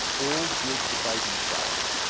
all good debating stuff!